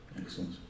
Excellent